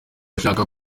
ashaka